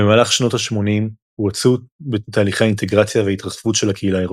במהלך שנות ה-80 הואצו תהליכי האינטגרציה וההתרחבות של הקהילה האירופית.